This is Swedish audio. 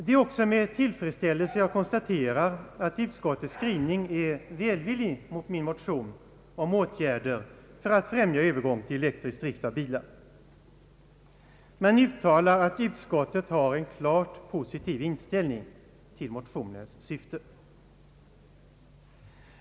Det är också med tillfredsställelse jag konstaterar, att utskottets skrivning är välvillig mot min motion om åtgärder för att främja övergång till elektrisk drift av bilar. Utskottet uttalar att det har en klart positiv inställning till motionens syfte.